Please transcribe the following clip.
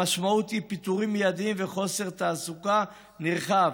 המשמעות היא פיטורים מיידיים וחוסר תעסוקה נרחב.